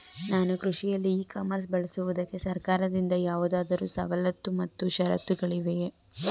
ನಾನು ಕೃಷಿಯಲ್ಲಿ e commerce ಬಳಸುವುದಕ್ಕೆ ಸರ್ಕಾರದಿಂದ ಯಾವುದಾದರು ಸವಲತ್ತು ಮತ್ತು ಷರತ್ತುಗಳಿವೆಯೇ?